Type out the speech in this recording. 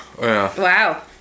Wow